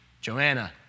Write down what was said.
Joanna